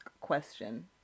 question